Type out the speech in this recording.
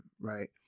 Right